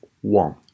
One